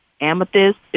amethyst